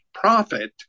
profit